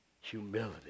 Humility